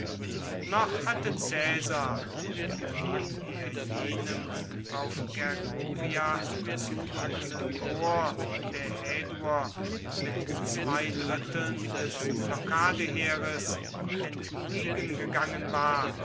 noch hatte caesar indem er jenem auf gergovia zurückenden korps der häduer mit zwei dritteln des blockadeheeres entgegengegangen war